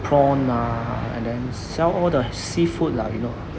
prawn ah and then sell all the seafood lah you know